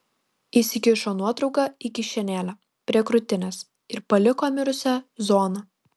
įsikišo nuotrauką į kišenėlę prie krūtinės ir paliko mirusią zoną